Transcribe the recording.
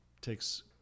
takes